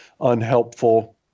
unhelpful